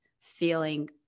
feeling